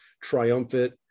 triumphant